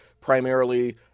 primarily